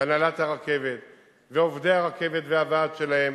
והנהלת הרכבת ועובדי הרכבת והוועד שלהם